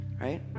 right